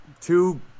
two